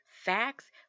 facts